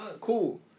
Cool